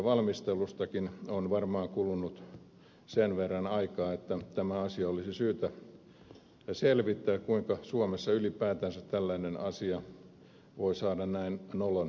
valmistelustakin on varmaan kulunut sen verran aikaa että tämä asia olisi syytä selvittää kuinka suomessa ylipäätänsä tällainen asia voi saada näin nolon lopputuloksen